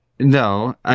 No